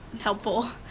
helpful